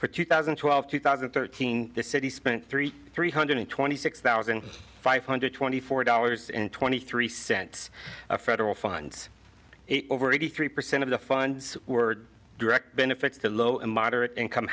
for two thousand and twelve two thousand and thirteen the city spent three three hundred twenty six thousand five hundred twenty four dollars and twenty three cents of federal funds over eighty three percent of the funds were direct benefits to low and moderate income